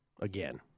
again